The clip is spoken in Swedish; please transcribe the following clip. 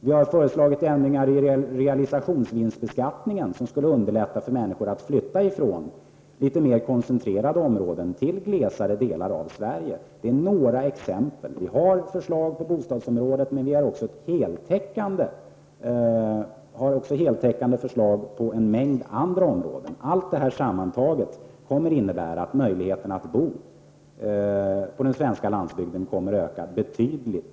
Vi har även föreslagit ändringar i fråga om realisationsvinstbeskattningen, vilket skulle underlätta för människor att flytta från litet mer koncentrerade områden till glesare delar av Sverige. Det är några exempel. Vi har förslag på bostadsområdet, men vi har också heltäckande förslag på en mängd andra områden. Allt detta sammantaget kommer att innebära att möjligheterna att bo på den svenska landsbygden kommer öka betydligt.